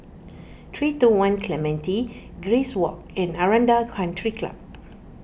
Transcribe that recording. three two one Clementi Grace Walk and Aranda Country Club